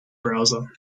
browser